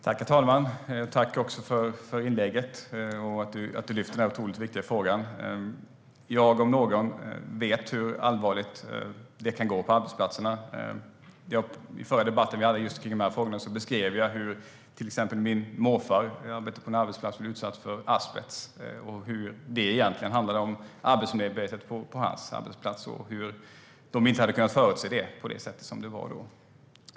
Herr talman! Tack för inlägget, Annika Qarlsson, och för att du lyfter fram den här otroligt viktiga frågan! Jag om någon vet hur illa det kan gå på arbetsplatserna. I den förra debatten om de här frågorna beskrev jag till exempel att min morfar på sitt arbete blev utsatt för asbest, att det egentligen handlade om arbetsmiljöarbetet på hans arbetsplats och att de inte hade kunnat förutse det som det var då.